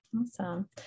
Awesome